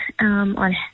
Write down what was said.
on